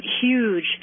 huge